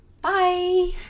Bye